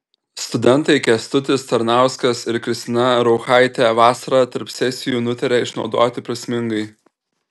studentai kęstutis tarnauskas ir kristina rauchaitė vasarą tarp sesijų nutarė išnaudoti prasmingai